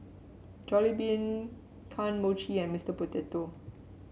Jollibean Kane Mochi and Mister Potato